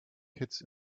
kids